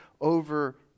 over